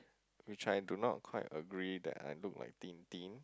which I do not quite agree that I look like Tintin